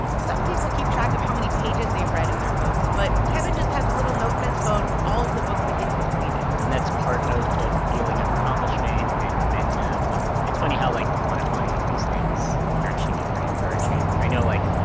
some people keep track of how many pages they've read in their books, but kevin just has a little note in his phone with all of the books that he's completed and that's part of the feeling of accomplishment and momentum. it's funny how, like, quantifying these things can actually be pretty encouraging. i know, like,